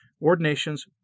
Ordinations